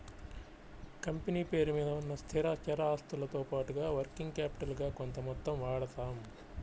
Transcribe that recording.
company పేరు మీద ఉన్న స్థిరచర ఆస్తులతో పాటుగా వర్కింగ్ క్యాపిటల్ గా కొంత మొత్తం వాడతాం